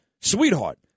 Sweetheart